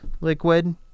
liquid